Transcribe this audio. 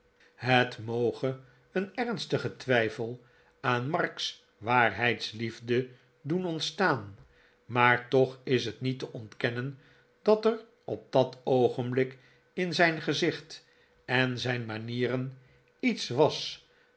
het moge een ernstigen twijfel aan mark's waarheidsliefde doen ontstaan maar toch is het niet te ontkennen dat er op dat oogenblik in zijn gezicht en zijn manieren iets was